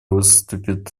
выступит